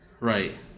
Right